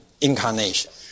incarnation